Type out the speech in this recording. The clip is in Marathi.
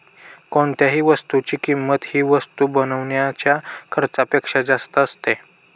कोणत्याही वस्तूची किंमत ही वस्तू बनवण्याच्या खर्चापेक्षा जास्त असते